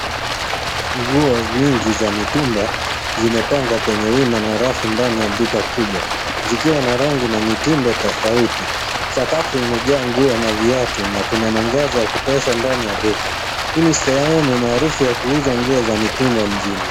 Nguo nyingi za mitumba zimepangwa kwenye wima na rafu ndani ya duka kubwa zikiwa na rangi na mitindo tofauti. Sakafu imejaa nguo na viatu na kuna mwangaza wa kutosha ndani ya duka. Hii ni sehemu maarufu ya kuuza nguo za mitumba mjini.